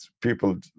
people